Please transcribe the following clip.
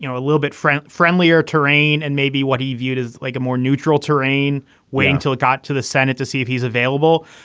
you know a little bit french friendlier terrain and maybe what he viewed as like a more neutral terrain way until it got to the senate to see if he's available.